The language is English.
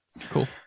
Cool